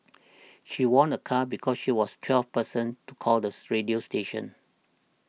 she won a car because she was twelfth person to call this radio station